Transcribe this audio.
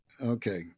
Okay